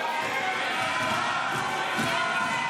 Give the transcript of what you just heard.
בושה.